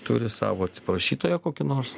turi savo atsiprašytoją kokį nors